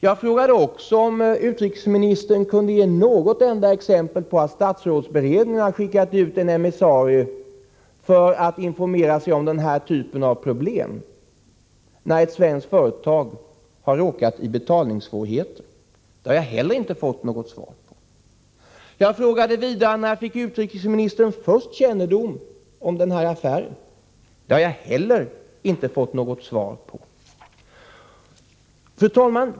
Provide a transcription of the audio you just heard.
Jag frågade om utrikesministern kunde ge något enda exempel på att statsrådsberedningen i något annat fall hade skickat ut en emissarie för att informera sig om den här typen av problem i samband med att ett svenskt företag råkat i betalningssvårigheter. Inte heller den frågan har jag fått något svar på. Jag frågade vidare: När fick utrikesministern först kännedom om den här affären? Det har jag heller inte fått något svar på. Fru talman!